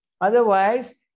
Otherwise